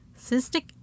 cystic